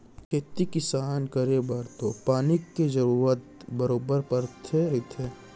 खेती किसान करे बर तो पानी के जरूरत बरोबर परते रथे